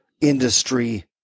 industry